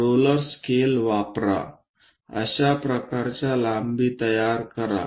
roller scale वापरा अशा प्रकारच्या लांबी तयार करा